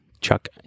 Chuck